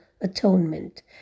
atonement